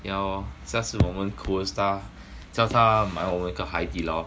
yeah lor 下次我们 coerce 他叫他买我一个海底捞